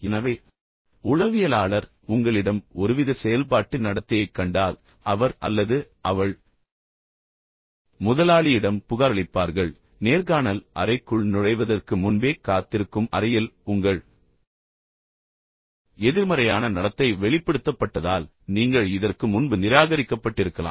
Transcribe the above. எனவே உளவியலாளர் உங்களிடம் ஒருவித செயல்பாட்டு நடத்தையைக் கண்டால் அவர் அல்லது அவள் முதலாளியிடம் புகாரளிப்பார்கள் நேர்காணல் அறைக்குள் நுழைவதற்கு முன்பே காத்திருக்கும் அறையில் உங்கள் எதிர்மறையான நடத்தை வெளிப்படுத்தப்பட்டதால் நீங்கள் இதற்கு முன்பு நிராகரிக்கப்பட்டிருக்கலாம்